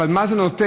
אבל מה זה נותן,